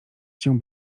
cię